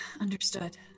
Understood